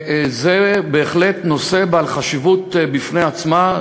זה בהחלט נושא בעל חשיבות בפני עצמו.